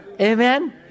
Amen